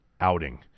outing